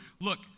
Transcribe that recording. look